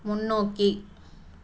முன்னோக்கி